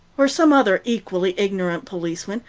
or some other equally ignorant policeman,